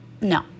No